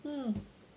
um